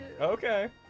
Okay